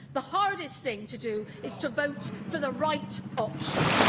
the hardest thing to do is to vote for the right option.